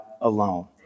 alone